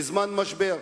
בזמן משבר.